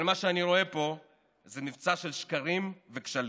אבל מה שאני רואה פה זה מבצע של שקרים וכשלים.